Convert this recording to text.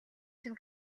чинь